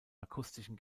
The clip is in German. akustischen